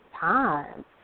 time